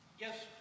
Yes